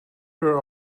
her